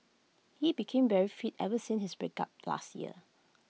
he became very fit ever since his breakup last year